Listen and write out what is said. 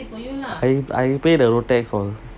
I I paid the tax all